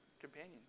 companion